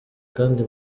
kandi